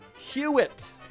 Hewitt